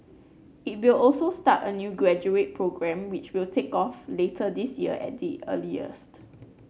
it will also start a new graduate programme which will take off later this year at the earliest